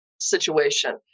situation